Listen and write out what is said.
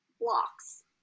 blocks